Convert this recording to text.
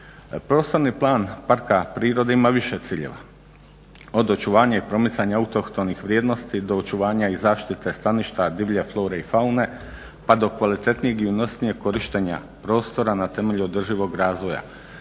Prostorni plan parka prirode ima više ciljeva, od očuvanja i promicanja autohtonih vrijednosti do očuvanja i zaštite staništa, divlje flore i faune pa do kvalitetnijeg i unosnijeg korištenja prostora na temelju održivog razvoja